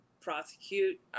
prosecute